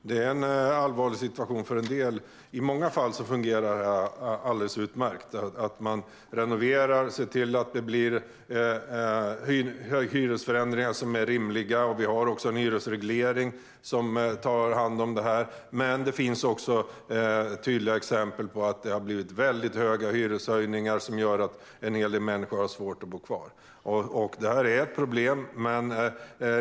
Fru talman! Det är en allvarlig situation för en del. I många fall fungerar det alldeles utmärkt att man renoverar och ser till att det blir rimliga hyresförändringar. Vi har också en hyresreglering för detta. Men det finns också tydliga exempel på att det har blivit mycket höga hyreshöjningar som gör att en hel del människor har svårt att bo kvar. Detta är ett problem.